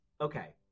okay